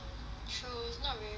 true it's not very well known